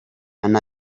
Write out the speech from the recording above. and